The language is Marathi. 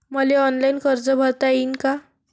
मले ऑनलाईन कर्ज भरता येईन का?